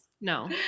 No